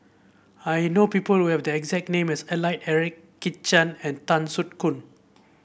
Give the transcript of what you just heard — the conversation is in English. I know people who have the exact name as Alfred Eric Kit Chan and Tan Soo Khoon